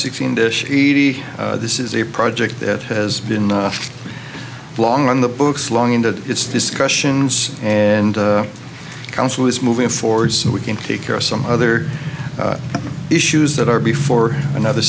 sixteen dish eighty this is a project that has been long on the books long into its discussions and council is moving forward so we can take care of some other issues that are before another